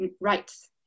rights